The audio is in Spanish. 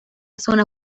zona